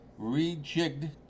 rejigged